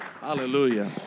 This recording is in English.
Hallelujah